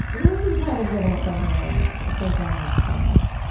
this is kind of getting at something i wanted, a place i wanted to go next.